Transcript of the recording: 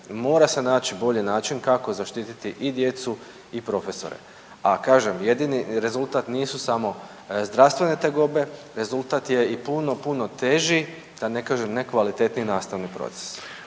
Mora se naći bolji način kako zaštititi i djecu i profesore, a kažem jedini rezultat nisu samo zdravstvene tegobe. Rezultat je i puno, puno teži da ne kažem nekvalitetni nastavni proces.